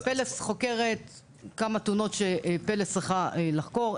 "פלס" חוקרת כמה תאונות ש"פלס" צריכה לחקור,